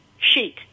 Sheet